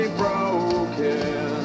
broken